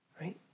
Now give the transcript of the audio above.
right